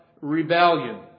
rebellion